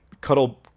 Cuddle